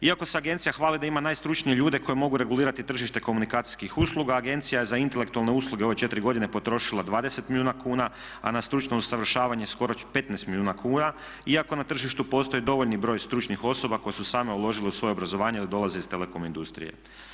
Iako se agencija hvali da ima najstručnije ljude koji mogu regulirati tržište komunikacijskih usluga agencija je za intelektualne usluge ove 4 godine potrošila 20 milijuna kuna, a na stručno usavršavanje skoro 15 milijuna kuna iako na tržištu postoji dovoljni broj stručnih osoba koje su same uložile u svoje obrazovanje a da dolaze iz telekom industrije.